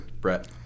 Brett